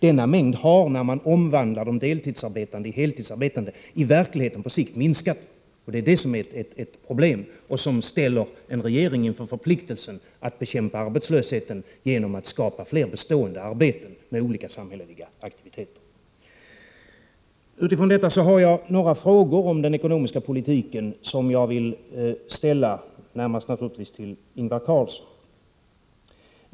Denna mängd har — när man omvandlar antalet deltidsarbetande till heltidsarbetande — i verkligheten på sikt minskat. Det är det som är ett problem och som ställer en regering inför förpliktelsen att bekämpa arbetslösheten genom att skapa fler bestående arbeten, med hjälp av olika samhälleliga aktiviteter. Med utgångspunkt i detta har jag några frågor som jag vill ställa om den ekonomiska politiken, närmast naturligtvis till Ingvar Carlsson.